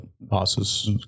bosses